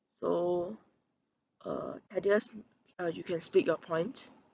so uh thaddeus uh you can speak your point